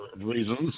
reasons